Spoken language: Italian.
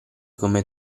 come